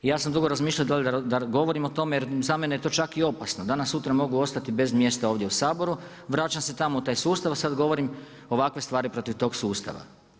Ja sam dugo razmišljao da li da govorim o tome jer za mene je to čak i opasno, danas sutra mogu ostati bez mjesta ovdje u Saboru, vraćam se tamo u taj sustav, a sad govorim ovakve stvari protiv tog sustava.